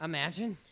Imagine